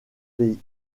pays